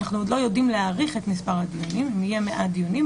אנחנו עוד לא יודעים להעריך את מספר הדיונים אם יהיו מעט דיונים,